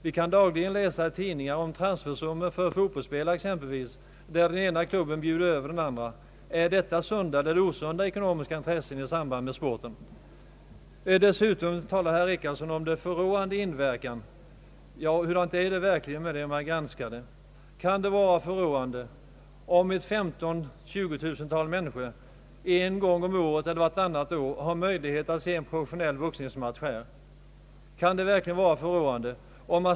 Vi kan dagligen läsa i tidningarna om transfersummor för exempelvis fotbollsspelare, när den ena klubben bjuder över den andra. Är detta sunda eller osunda ekonomiska intressen i samband med sport? Dessutom talade herr Richardson om proffsboxningens förråande inverkan. Hur är det i verkligheten med den vid en närmare granskning? Kan det vara förråande om 15 000 eller 20 000 människor en gång om året eller en gång vartannat år har möjlighet att se en professionell boxningsmatch här?